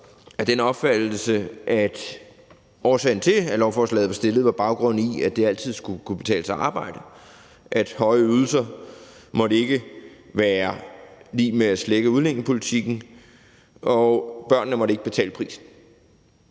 den opfattelse, at årsagen til, at lovforslaget blev fremsat, var, at det altid skulle kunne betale sig at arbejde, at høje ydelser ikke måtte være lig med at slække udlændingepolitikken, og at børnene ikke måtte betale prisen.